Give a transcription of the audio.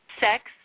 sex